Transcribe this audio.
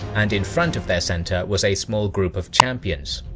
and in front of their centre was a small group of champions.